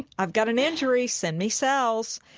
i've got an injury. send me cells.